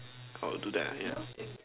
I'll do that ah yeah